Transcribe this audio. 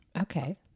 Okay